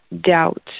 doubt